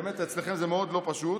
" אצלכם זה באמת מאוד לא פשוט.